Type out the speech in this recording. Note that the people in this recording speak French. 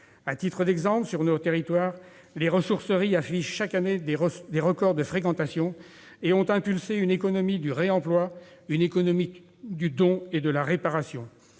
À titre d'exemple, les ressourceries affichent chaque année des records de fréquentation et ont impulsé une économie du réemploi, du don et de la réparation.